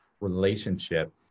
relationship